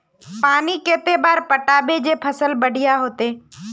पानी कते बार पटाबे जे फसल बढ़िया होते?